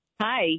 Hi